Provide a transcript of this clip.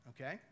Okay